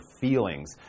feelings